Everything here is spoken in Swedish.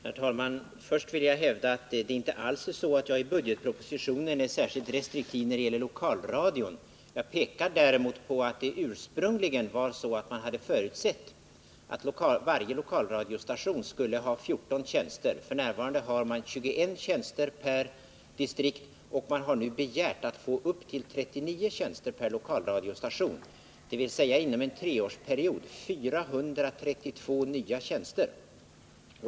Herr talman! Först vill jag hävda att det inte alls är så att jag i budgetpropositionen är särskilt restriktiv när det gäller lokalradion. Jag pekar däremot på att man ursprungligen hade förutsatt att varje lokalradiostation skulle ha 14 tjänster. F. n. har man 21 tjänster per distrikt. Man har nu begärt att få upp till 39 tjänster per lokalradiostation, dvs. inom en treårsperiod 432 nya tjänster.